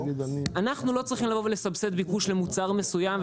אנחנו לא צריכים לבוא ולסבסד ביקוש למוצר מסוים,